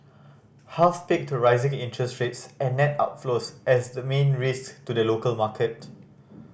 half picked rising interest rates and net outflows as the main risk to the local market